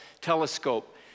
telescope